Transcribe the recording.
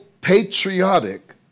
patriotic